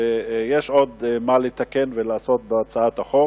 יש עוד מה לתקן ולעשות בהצעת החוק,